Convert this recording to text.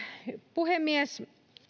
puhemies